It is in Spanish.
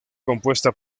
compuesta